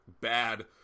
bad